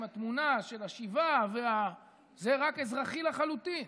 עם התמונה של השיבה, זה רק אזרחי לחלוטין.